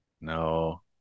No